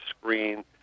screen